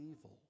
evil